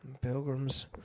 Pilgrims